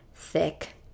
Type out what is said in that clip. Thick